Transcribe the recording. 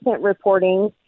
reporting